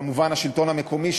וכמובן השלטון המקומי,